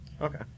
Okay